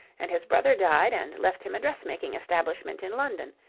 and his brother died and left him a dressmaking establishment in london.